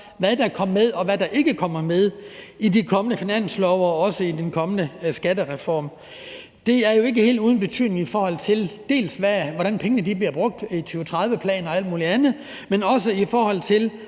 hvad der kommer med, og hvad der ikke kommer med i de kommende finanslove og også i den kommende skattereform. Det er jo ikke helt uden betydning, dels i forhold til hvordan pengene bliver brugt i en 2030-plan og alt muligt andet, dels i forhold til